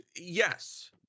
yes